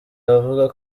avuga